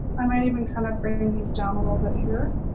i might even kind of bring this down a little bit here.